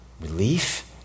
relief